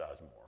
more